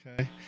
Okay